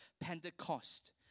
Pentecost